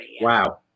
Wow